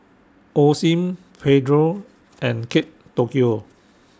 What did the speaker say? Osim Pedro and Kate Tokyo